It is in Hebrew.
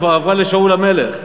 כבר עברה לשאול המלך.